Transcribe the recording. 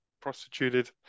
prostituted